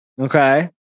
Okay